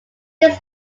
his